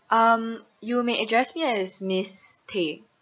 um you may address me as miss tay